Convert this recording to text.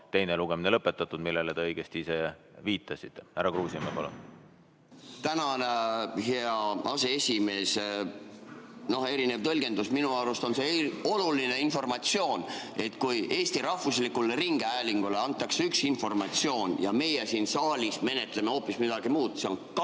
teine lugemine lõpetatud, millele te õigesti ise viitasite. Härra Kruusimäe, palun! Tänan, hea aseesimees! Noh, erinev tõlgendus. Minu arust on see oluline informatsioon, kui Eesti Rahvusringhäälingule antakse üks informatsioon ja meie siin saalis menetleme hoopis midagi muud. Need on kaks